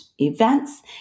events